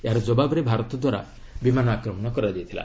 ଏହାର ଜବାବରେ ଭାରତ ଦ୍ୱାରା ବିମାନ ଆକ୍ରମଣ କରାଯାଇଥିଲା